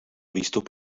výstup